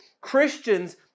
Christians